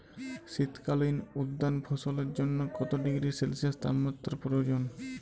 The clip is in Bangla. শীত কালীন উদ্যান ফসলের জন্য কত ডিগ্রী সেলসিয়াস তাপমাত্রা প্রয়োজন?